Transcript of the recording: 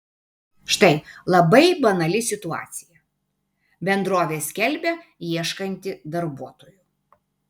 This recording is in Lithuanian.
štai labai banali situacija bendrovė skelbia ieškanti darbuotojų